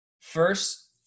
first